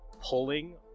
pulling